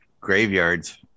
graveyards